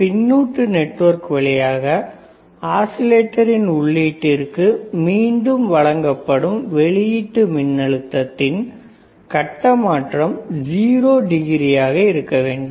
பின்னூட்ட நெட்வொர்க் வழியாக ஆஸிலேட்டரின் உள்ளீட்டிற்கு மீண்டும் வழங்கப்படும் வெளியீட்டுமின்னழுத்தத்தின் கட்ட மாற்றம் 0o ஆக இருக்க வேண்டும்